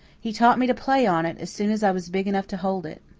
he taught me to play on it as soon as i was big enough to hold it.